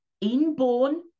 inborn